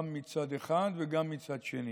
גם מצד אחד וגם מצד שני.